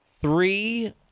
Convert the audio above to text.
three